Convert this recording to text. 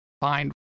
find